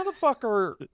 motherfucker